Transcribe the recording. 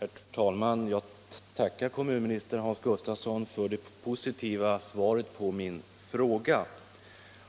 Herr talman! Jag tackar kommunministern Hans Gustafsson för det positiva svaret på min fråga.